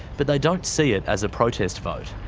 but they don't see it as a protest vote.